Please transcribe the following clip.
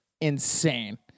insane